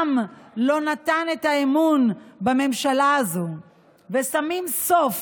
לא נתן את האמון בממשלה הזו ושמים סוף